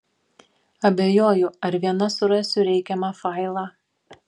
abejoju ar viena surasiu reikiamą failą